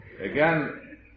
Again